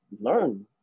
learn